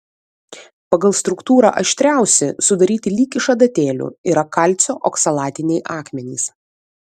pagal struktūrą aštriausi sudaryti lyg iš adatėlių yra kalcio oksalatiniai akmenys